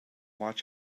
watch